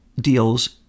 deals